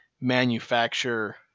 manufacture